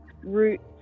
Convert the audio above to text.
roots